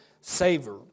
savor